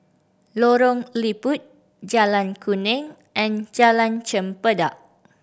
Lorong Liput Jalan Kuning and Jalan Chempedak